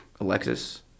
Alexis